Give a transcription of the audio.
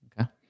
Okay